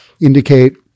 indicate